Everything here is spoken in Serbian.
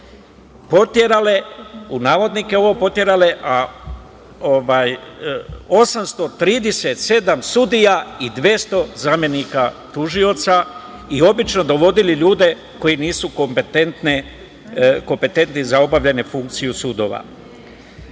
poterale, u navodnike ovo poterale, 837 sudija i 200 zamenika tužioca i obično dovodili ljude koji nisu kompetentni za obavljanje funkcije sudova. Ja